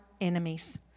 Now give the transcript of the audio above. enemies